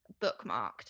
bookmarked